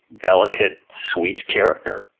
delicate, sweet character.